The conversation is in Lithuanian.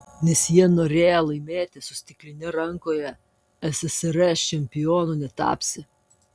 nes jie norėjo laimėti su stikline rankoje ssrs čempionu netapsi